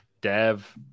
dev